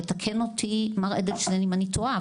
יתקן אותי מר אדלשטיין אם אני טועה,